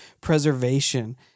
preservation